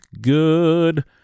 good